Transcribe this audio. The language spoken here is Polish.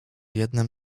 jednem